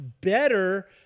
better